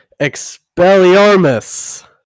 Expelliarmus